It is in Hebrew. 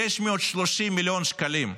630 מיליון שקלים.